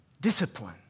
discipline